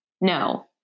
No